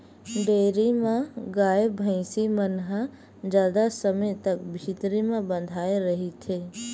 dairy म गाय, भइसी मन ह जादा समे तक भीतरी म बंधाए रहिथे